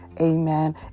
Amen